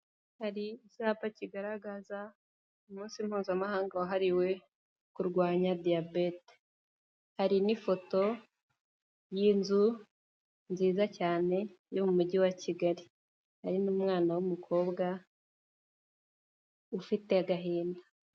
Hari icyapa kigaragaza umunsi mpuzamahanga wahariwe kurwanya diyabete, hari n'ifoto y'inzu nziza cyane yo mu mujyi wa Kigali, hari n'umwana w'umukobwa ufite agahinda.